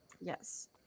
Yes